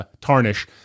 tarnish